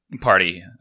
party